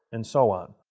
and so on.